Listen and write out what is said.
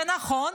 זה נכון?